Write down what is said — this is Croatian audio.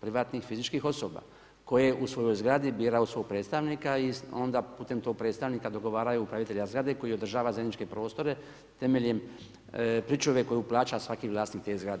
privatnih fizičkih osoba koje u svojoj zgradi biraju svog predstavnika i onda putem tog predstavnika dogovaraju upravitelja zgrade koji održava zajedničke prostore temeljem pričuve koju plaća svaki vlasnik te zgrade.